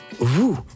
vous